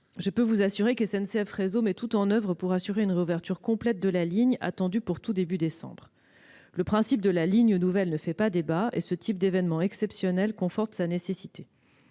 Je peux vous assurer que SNCF Réseau met tout en oeuvre pour assurer une réouverture complète de la ligne, attendue pour le tout début du mois de décembre. Ce n'est pas ma question ! Le principe de la ligne nouvelle ne fait pas débat et ce type d'événement exceptionnel conforte sa nécessité.